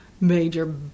major